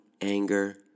anger